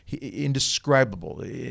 indescribable